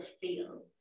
feel